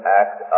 act